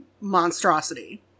monstrosity